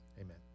amen